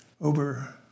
over